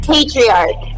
Patriarch